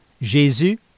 Jésus